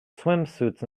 swimsuits